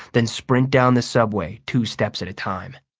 then sprint down the subway two steps at a time.